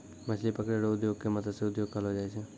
मछली पकड़ै रो उद्योग के मतस्य उद्योग कहलो जाय छै